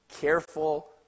careful